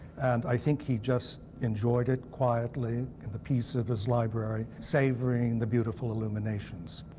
and i think he just enjoyed it quietly, in the peace of his library, savoring the beautiful illuminations.